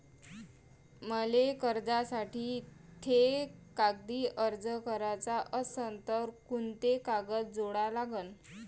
मले कर्जासाठी थे कागदी अर्ज कराचा असन तर कुंते कागद जोडा लागन?